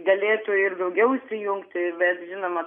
galėtų ir daugiau įsijungti bet žinoma